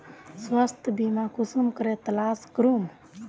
स्वास्थ्य बीमा कुंसम करे तलाश करूम?